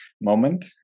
moment